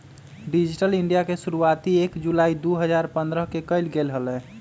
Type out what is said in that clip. digital India के शुरुआती एक जुलाई दु हजार पन्द्रह के कइल गैले हलय